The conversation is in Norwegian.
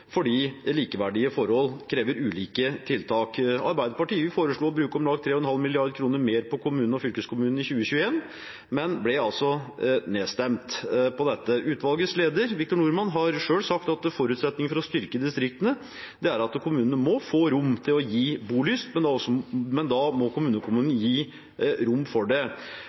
fordi likeverdige forhold krever ulike tiltak. Arbeiderpartiet foreslo å bruke om lag 3,5 mrd. kr mer på kommunene og fylkeskommunene i 2021, men ble altså nedstemt på dette. Utvalgets leder, Victor Norman, har selv sagt at forutsetningen for å styrke distriktene er at kommunene må få rom til å gi bolyst, men da må kommuneøkonomien gi rom for det.